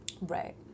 Right